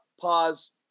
pause